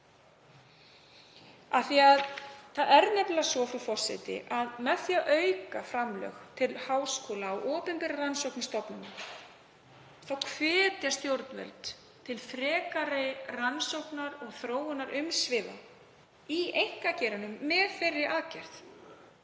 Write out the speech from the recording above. Það er nefnilega svo, frú forseti, að með því að auka framlög til háskóla og opinberra rannsóknastofnana hvetja stjórnvöld til frekari rannsókna- og þróunarumsvifa í einkageiranum. Í samanburði